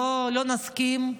לא נסכים,